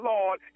Lord